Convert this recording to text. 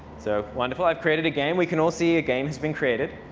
so wonderful. i've created a game. we can all see a game has been created.